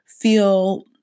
feel